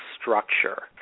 structure